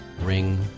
ring